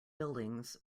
buildings